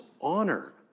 honor